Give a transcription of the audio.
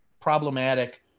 problematic